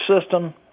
system